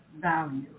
value